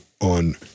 on